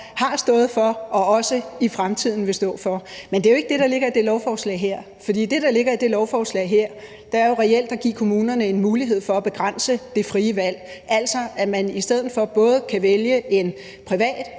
har stået for og også i fremtiden vil stå for. Men det er jo ikke det, der ligger i det lovforslag her. For det, der ligger i det lovforslag her, er reelt at give kommunerne en mulighed for at begrænse det frie valg, altså at man i stedet for at give